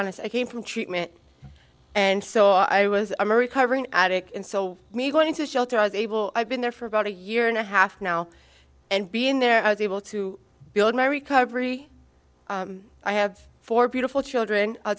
honest i came from treatment and so i was a murray covering addict and so me going into shelter i was able i've been there for about a year and a half now and being there i was able to build my recovery i have four beautiful children